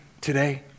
today